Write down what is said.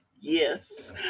Yes